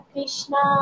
Krishna